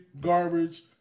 garbage